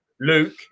Luke